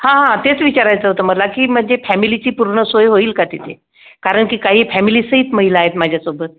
हां हां तेच विचारायचं होतं मला की म्हणजे फॅमिलीची पूर्ण सोय होईल का तिथे कारण की काही फॅमिलीसहित महिला आहेत माझ्यासोबत